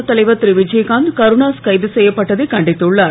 க தலைவர் திரு விஜயகாந்த் கருணாஸ் கைது செய்யப்பட்டதை கண்டித்துள்ளார்